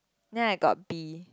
then I got B